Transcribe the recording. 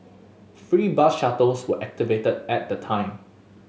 free bus shuttles were activated at the time